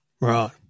Right